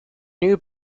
new